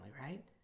right